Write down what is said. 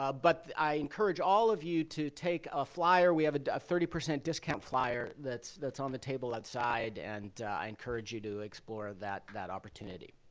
ah but i encourage all of you to take a flier. we have a thirty percent discount flier that's that's on the table outside, and i encourage you to explore that that opportunity.